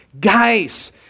guys